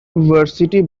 varsity